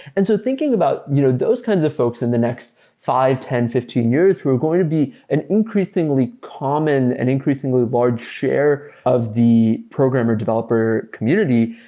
and so thinking about you know those kinds of folks in the next five, ten, fifteen years, there's going to be an increasingly common and increasingly large share of the programmer developer community.